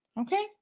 Okay